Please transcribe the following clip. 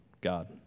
God